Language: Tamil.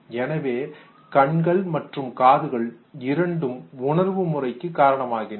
எனவே கண்கள் மற்றும் காதுகள் இரண்டும் உணர்வு முறைக்கு காரணமாகின்றன